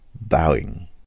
Bowing